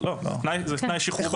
המעצרים המקורי מאפשר להטיל תנאי של שחרור